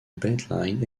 beltline